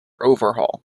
overhaul